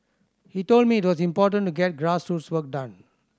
he told me it was important to get grassroots work done